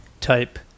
type